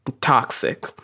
toxic